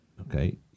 okay